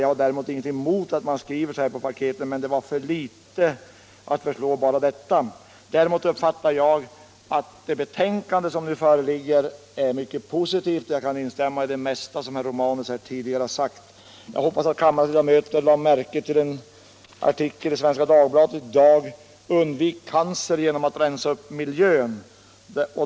Jag har därmed naturligtvis ingenting att erinra mot att man skriver så på paketen, men att bara föreslå detta är en för liten åtgärd. Däremot uppfattar jag det betänkande som nu föreligger såsom mycket positivt, och jag kan instämma i det mesta som herr Romanus tidigare har sagt här. Jag hoppas att kammarens ledamöter lagt märke till en artikel i Svenska Dagbladet i dag med rubriken ”Undvik cancer genom att rensa upp miljön”.